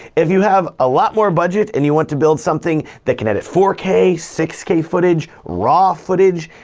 if you have a lot more budget and you want to build something that can edit four k, six k footage, raw footage,